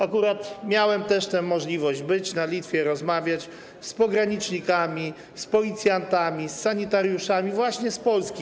Akurat miałem też możliwość być na Litwie, rozmawiać z pogranicznikami, z policjantami, z sanitariuszami właśnie z Polski.